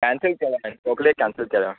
cancel केला हांवें सगळें केनसल केला